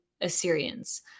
Assyrians